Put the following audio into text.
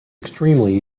extremely